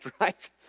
right